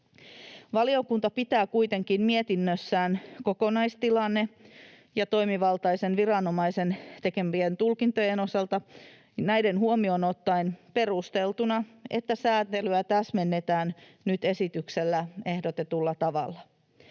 Valiokunta pitää kuitenkin mietinnössään kokonaistilanne ja toimivaltaisen viranomaisen tekemät tulkinnat huomioon ottaen perusteltuna, että sääntelyä täsmennetään nyt esityksessä ehdotetulla tavalla.